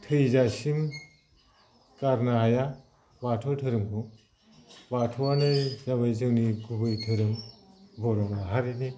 थैजासिम गारनो हाया बाथौ धोरोमखौ बाथौआनो जाबाय जोंनि गुबै धोरोम बर' माहारिनि